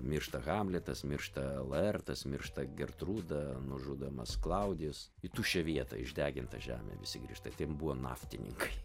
miršta hamletas miršta elertas miršta gertrūda nužudomas klaudijus į tuščią vietą išdegintą žemę visi grįžta ten buvo naftininkai